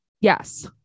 Yes